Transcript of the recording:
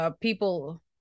people